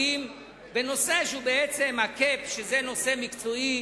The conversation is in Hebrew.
זה נכון.